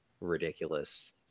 ridiculous